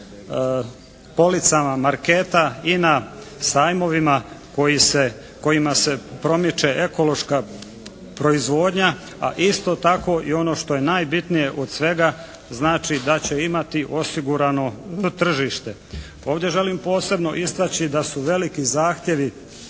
na policama marketa i na sajmovima kojima se promiče ekološka proizvodnja, a isto tako i ono što je najbitnije od svega znači da će imati osigurano tržište. Ovdje želim posebno istaći da su veliki zahtjevi